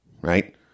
right